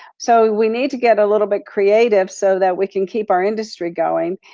so we need to get a little bit creative so that we can keep our industry going.